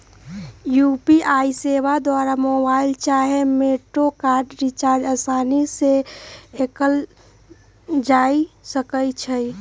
UPI सेवा द्वारा mobile चाहे मेट्रो कार्ड रिचार्ज असानी से कएल जा सकइ छइ